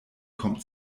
kommt